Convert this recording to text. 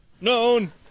known